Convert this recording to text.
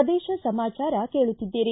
ಪ್ರದೇಶ ಸಮಾಚಾರ ಕೇಳುತ್ತಿದ್ದೀರಿ